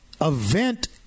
event